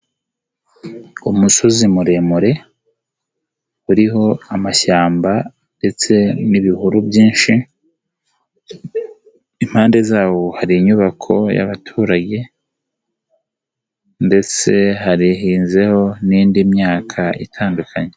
Umusozi muremure uriho amashyamba ndetse n'ibihuru. Impande zawo hari inyubako y'abaturage ndetse hahinzeho n'indi myaka itandukanye.